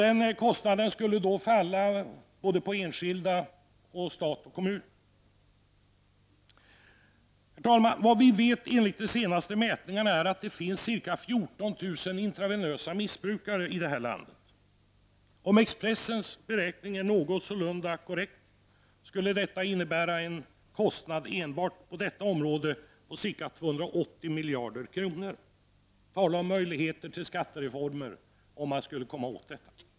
Denna kostnad faller då på såväl enskilda som stat och kommun. Herr talman! Enligt de senaste mätningarna vet vi att det finns ca 14000 intravenösa missbrukare i detta land. Om Expressens beräkning är någorlunda korrekt skulle detta innebära en kostnad enbart för dessa missbrukare på ca 280 miljarder kronor. Tala om möjligheter till skattesänkning, om man skulle få bukt med narkotikaproblemet!